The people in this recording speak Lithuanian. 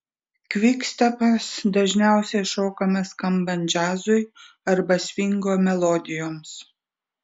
kvikstepas dažniausiai šokamas skambant džiazui arba svingo melodijoms